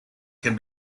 can